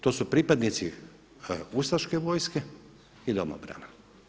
To su pripadnici ustaške vojske i domobrana.